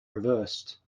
reversed